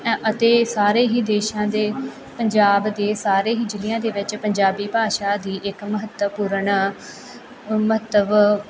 ਅਤੇ ਸਾਰੇ ਹੀ ਦੇਸ਼ਾਂ ਦੇ ਪੰਜਾਬ ਦੇ ਸਾਰੇ ਹੀ ਜਿਲਿਆਂ ਦੇ ਵਿੱਚ ਪੰਜਾਬੀ ਭਾਸ਼ਾ ਦੀ ਇੱਕ ਮਹੱਤਵਪੂਰਨ ਮਹੱਤਵ